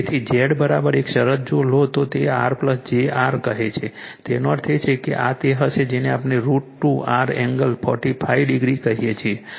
તેથી Z એક શરત જો લો તો તેને R jR કહે છે તેનો અર્થ એ કે આ તે હશે જેને આપણે √ 2 R એંગલ 45 ડિગ્રી કહીએ છીએ